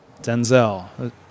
Denzel